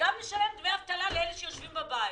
וגם נשלם דמי אבטלה לאלה שיושבים בבית.